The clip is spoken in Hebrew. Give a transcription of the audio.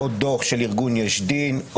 עוד דוח של ארגון יש דין,